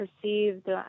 perceived